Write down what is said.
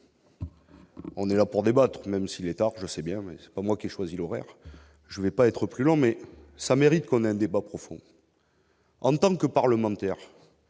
On est là pour débattre, même si l'État, je sais bien mais c'est pas moi qui choisi l'horaire, je vais pas être plus long mais ça mérite qu'on a un débat profond. En tant que parlementaire,